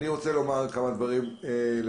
אני רוצה לומר דברים לסיכום,